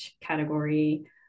category